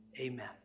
amen